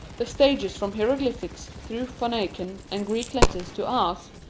the stages from hieroglyphics through phoenician and greek letters to ours,